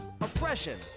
oppression